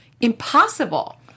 impossible